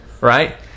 Right